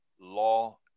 law